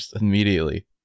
Immediately